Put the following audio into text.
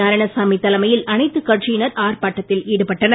நாராயணசாமி தலைமையில் அனைத்துக் கட்சியினர் ஆர்ப்பாட்டத்தில் ஈடுபட்டனர்